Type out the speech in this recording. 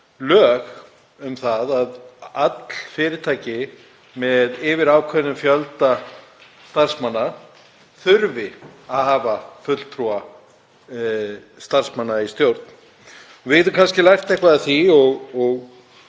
lög um það að öll fyrirtæki með yfir ákveðinn fjölda starfsmanna þurfi að hafa fulltrúa starfsmanna í stjórn. Við getum kannski lært eitthvað af því og